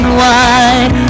wide